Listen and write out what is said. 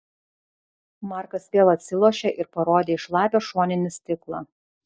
markas vėl atsilošė ir parodė į šlapią šoninį stiklą